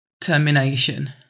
termination